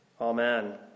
amen